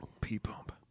P-Pump